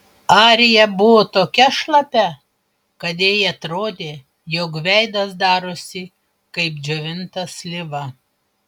arija buvo tokia šlapia kad jai jau atrodė jog veidas darosi kaip džiovinta slyva